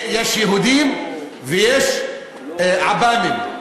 יש יהודים ויש עב"מים.